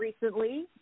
recently